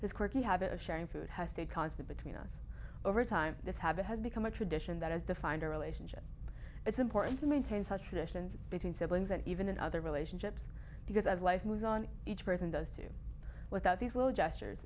this quirky habit of sharing food has stayed constant between us over time this habit has become a tradition that has defined our relationship it's important to maintain such traditions between siblings and even in other relationships because as life moves on each person does too without these little gestures